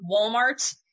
Walmart